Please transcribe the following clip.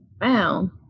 Wow